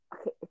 Okay